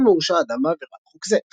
מעולם לא הורשע אדם בעבירה על חוק זה.